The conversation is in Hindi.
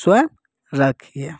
स्वयं रखिए